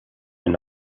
and